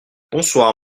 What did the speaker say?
bonsoir